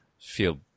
feel